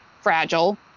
fragile